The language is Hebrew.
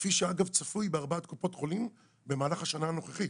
כפי שאגב צפוי בארבעת קופות החולים במהלך השנה הנוכחית.